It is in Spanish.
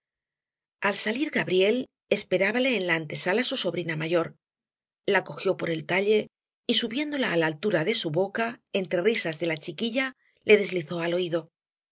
al salir gabriel esperábale en la antesala su sobrina mayor la cogió por el talle y subiéndola á la altura de su boca entre risas de la chiquilla le deslizó al oído